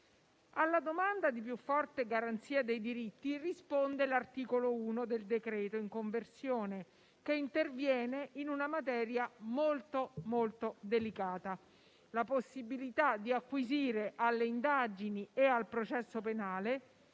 Alla domanda di più forte garanzia dei diritti risponde l'articolo 1 del decreto in conversione, che interviene in una materia molto delicata: la possibilità di acquisire alle indagini e al processo penale